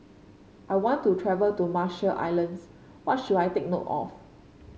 I want to travel to Marshall Islands What should I take note of